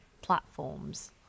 platforms